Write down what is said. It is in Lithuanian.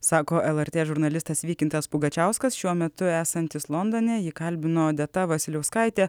sako lrt žurnalistas vykintas pugačiauskas šiuo metu esantis londone jį kalbino odeta vasiliauskaitė